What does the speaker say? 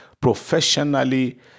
professionally